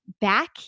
back